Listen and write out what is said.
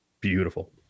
beautiful